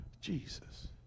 Jesus